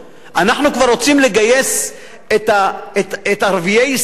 אנחנו כבר רוצים לגייס את ערביי ישראל,